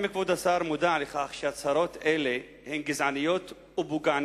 1. האם כבוד השר מודע לכך שהצהרות אלה הן גזעניות ופוגעניות?